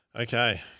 Okay